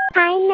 hi,